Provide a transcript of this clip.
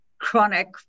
chronic